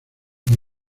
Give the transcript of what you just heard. fue